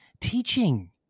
teaching